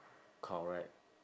correct